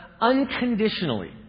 unconditionally